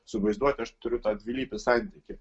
su vaizduote aš turiu tą dvilypį santykį